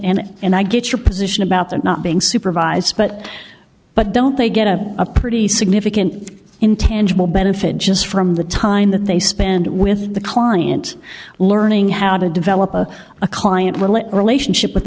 i get your position about that not being supervised but but don't they get a a pretty significant intangible benefit just from the time that they spend with the client learning how to develop a a client will a relationship with